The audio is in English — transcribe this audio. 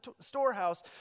storehouse